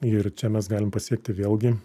ir čia mes galim pasiekti vėlgi